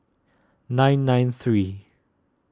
nine nine three